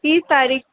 तीस तारीख़